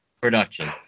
production